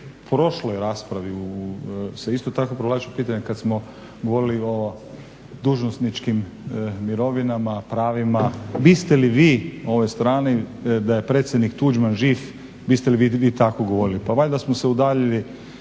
u prošloj raspravi se isto provlači pitanje kada smo govorili o dužnosničkim mirovinama, pravima. Bi ste li vi ovoj strani, da je predsjednik Tuđman živ, bi ste li vi tako govorili?